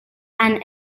and